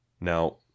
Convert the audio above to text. Now